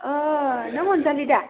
नों अन्जालि दा